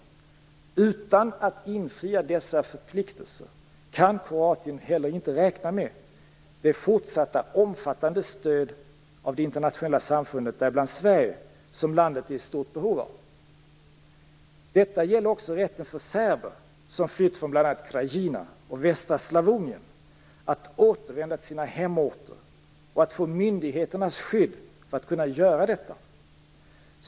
Utan att infria dessa förpliktelser kan Kroatien heller inte räkna med det fortsatta omfattande stöd från det internationella samfundet, däribland Sverige, som landet är i stort behov av. Detta gäller också rätten för serber som flytt från bl.a. Krajina och västra Slavonien att återvända till sina hemorter och att få myndigheternas skydd för att kunna göra detta.